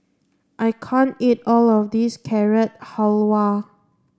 I can't eat all of this Carrot Halwa